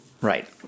Right